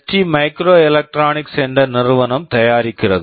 D micro electronics ST microelectronics என்ற நிறுவனம் தயாரிக்கிறது